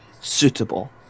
suitable